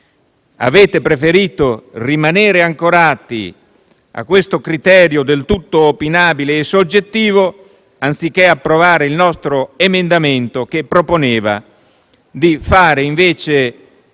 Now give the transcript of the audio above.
Avete preferito rimanere ancorati a questo criterio del tutto opinabile e soggettivo, anziché approvare il nostro emendamento, che proponeva di fare invece